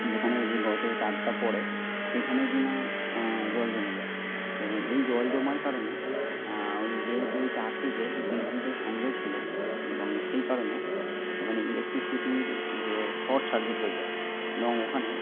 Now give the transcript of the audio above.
যেখানে যে গর্তে তারটা পড়ে সেখানে কিনা জল জমে যায় এবং এই জল জমার কারণে ওই যেহেতু ওই তারটিতে বিদ্যুতের সংযোগ ছিল এবং সেই কারণে ওখানে ইলেকট্রিসিটির যে শর্টসার্কিট হয়ে যায় এবং ওখানে